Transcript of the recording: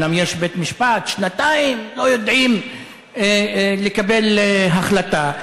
אומנם יש בית-משפט, שנתיים לא יודעים לקבל החלטה.